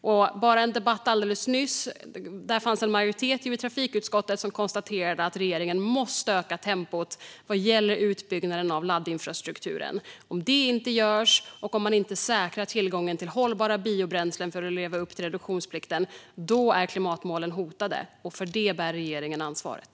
Så sent som i en debatt alldeles nyss konstaterade en majoritet i trafikutskottet att regeringen måste öka tempot vad gäller utbyggnaden av laddinfrastrukturen. Om det inte görs, och om man inte säkrar tillgången till hållbara biobränslen för att leva upp till reduktionsplikten, är klimatmålen hotade. För det bär regeringen ansvaret.